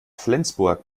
flensburg